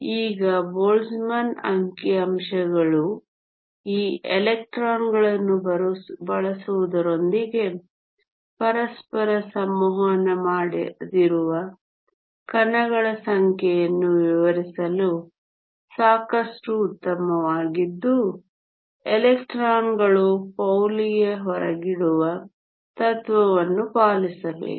ಈಗ ಬೋಲ್ಟ್ಜ್ಮನ್ ಅಂಕಿಅಂಶಗಳು ಈ ಎಲೆಕ್ಟ್ರಾನ್ಗಳನ್ನು ಬಳಸುವುದರೊಂದಿಗೆ ಪರಸ್ಪರ ಸಂವಹನ ಮಾಡದಿರುವ ಕಣಗಳ ಸಮಸ್ಯೆಯನ್ನು ವಿವರಿಸಲು ಸಾಕಷ್ಟು ಉತ್ತಮವಾಗಿದ್ದು ಎಲೆಕ್ಟ್ರಾನ್ಗಳು ಪೌಲಿಯ ಹೊರಗಿಡುವ ತತ್ವವನ್ನು ಪಾಲಿಸಬೇಕು